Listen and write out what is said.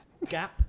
Gap